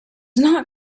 not